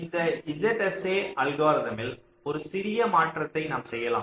இந்த ZSA அல்கோரிதம்மில் ஒரு சிறிய மாற்றத்தை நாம் செய்யலாம்